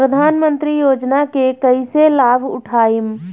प्रधानमंत्री योजना के कईसे लाभ उठाईम?